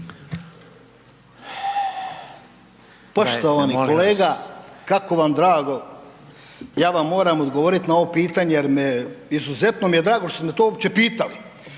Poštovani kolega kako vam drago, ja vam moram odgovoriti na ovo pitanje jer me izuzetno mi je drago što ste me to uopće pitali.